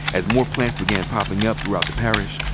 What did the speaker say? as more plants began popping up throughout the parish,